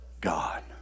God